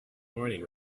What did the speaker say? morning